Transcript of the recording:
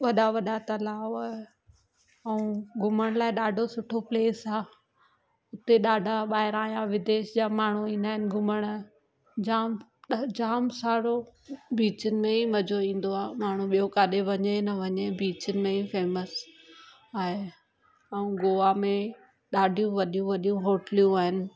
वॾा वॾा तलाउ ऐं घुमण लाइ ॾाढो सुठो प्लेस आहे उते ॾाढा ॿाहिरां जा विदेश जा माण्हू ईंदा आहिनि घुमणु जाम जाम सारो बीचिनि में मज़ो ईंदो आहे माण्हू ॿियों काथे वञे न वञे बीचिन में ई फेमस आहे ऐं गोवा में ॾाढियूं वॾियूं वॾियूं होटिलियूं आहिनि